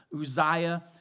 Uzziah